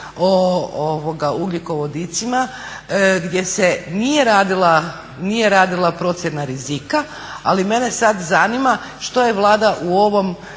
o ugljikovodicima gdje se nije radila procjena rizika. Ali mene sada zanima, što je Vlada u ovom